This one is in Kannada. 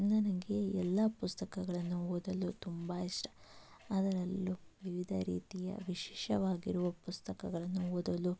ನನಗೆ ಎಲ್ಲ ಪುಸ್ತಕಗಳನ್ನು ಓದಲು ತುಂಬ ಇಷ್ಟ ಅದ್ರಲ್ಲೂ ವಿವಿಧ ರೀತಿಯ ವಿಶೇಷವಾಗಿರುವ ಪುಸ್ತಕಗಳನ್ನು ಓದಲು